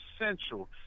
essential